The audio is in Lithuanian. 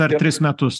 per tris metus